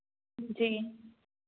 जी